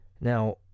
Now